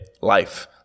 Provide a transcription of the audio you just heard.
Life